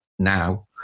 now